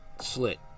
slit